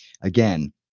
Again